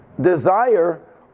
desire